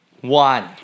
one